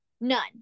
none